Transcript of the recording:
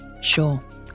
Sure